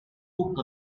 took